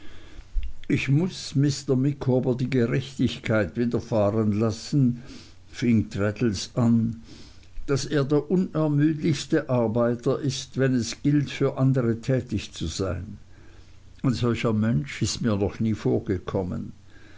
ich muß mr micawber die gerechtigkeit widerfahren lassen fing traddles an daß er der unermüdlichste arbeiter ist wenn es gilt für andere tätig zu sein ein solcher mensch ist mir noch nie vorgekommen